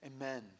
amen